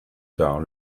tard